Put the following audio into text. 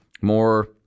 more